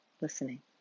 listening